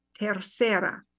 Tercera